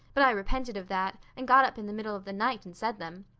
but i repented of that and got up in the middle of the night and said them.